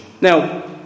Now